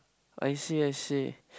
I see I see